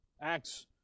Acts